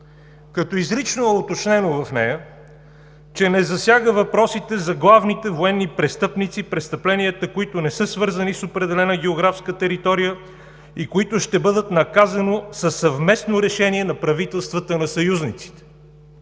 като изрично е уточнено в нея, че не засяга въпросите за главните военни престъпници и престъпленията, които не са свързани с определена географска територия и които ще бъдат наказани със съвместно решение на правителствата на съюзниците